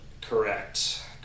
correct